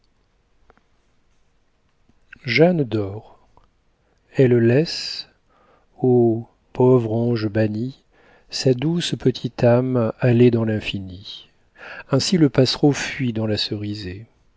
jeanne dort elle laisse ô pauvre ange banni sa douce petite âme aller dans l'infini ainsi le passereau fuit dans la cerisaie